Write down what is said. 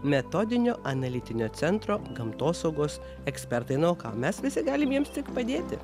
metodinio analitinio centro gamtosaugos ekspertai nu o ką mes visi galim jiems tik padėti